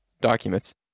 documents